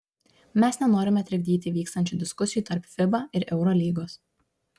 mes nenorime trikdyti vykstančių diskusijų tarp fiba ir eurolygos